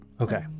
Okay